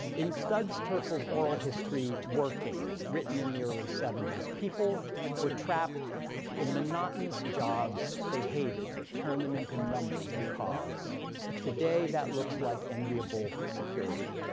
in studs terkel's oral history working, written in the early seventy s, people were trapped in monotonous jobs they hated that turned them into numbers and cogs today that looks like enviable security.